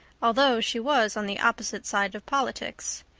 although she was on the opposite side of politics.